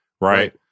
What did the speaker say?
right